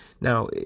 Now